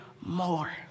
more